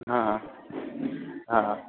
હા હા